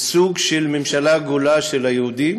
שהייתה סוג של ממשלה גולה של היהודים